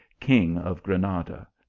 king of granada.